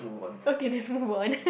okay let's move on